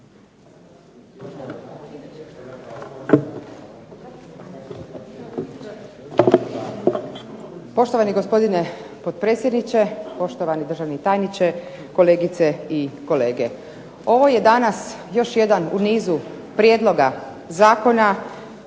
Poštovani gospodine potpredsjedniče, poštovani državni tajniče, kolegice i kolege. Ovo je danas još jedan u nizu prijedloga zakona